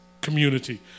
community